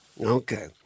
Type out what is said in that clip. Okay